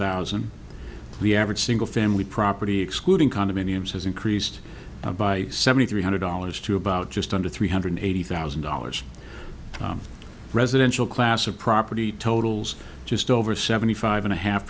thousand the average single family property excluding condominiums has increased by three hundred dollars to about just under three hundred eighty thousand dollars residential class of property totals just over seventy five and a half